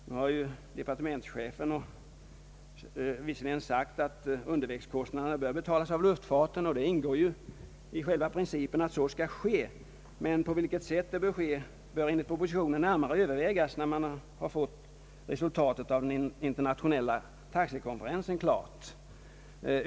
Nu har departementschefen visserligen sagt att undervägskostnaderna bör betalas av luftfarten, och det ingår ju i själva principen om kostnadstäckning att så skall ske. Men på vilket sätt det skall ske bör enligt propositionen närmare Övervägas, när man har fått resultatet av den internationella taxekonferensen klar.